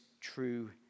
true